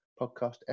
podcast